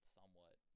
Somewhat